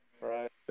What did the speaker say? right